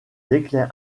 déclin